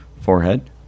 forehead